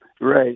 Right